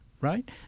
right